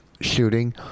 shooting